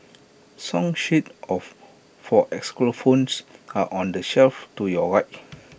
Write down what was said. song sheets of for xylophones are on the shelf to your right